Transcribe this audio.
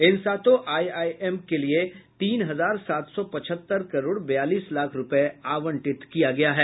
इन सातों आईआईएम के लिए तीन हजार सात सौ पचहत्तर करोड़ बयालीस लाख रूपये आवंटित किया गया है